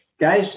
guys